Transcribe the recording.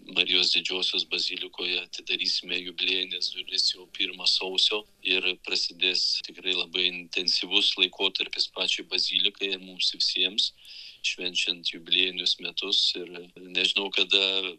marijos didžiosios bazilikoje atidarysime jubiliejines duris jau pirmą sausio ir prasidės tikrai labai intensyvus laikotarpis pačiai bazilikai ir mums visiems švenčiant jubiliejinius metus ir nežinau kada